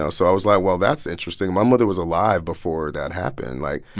ah so i was like, well, that's interesting. my mother was alive before that happened. like,